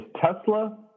Tesla